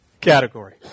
category